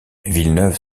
villeneuve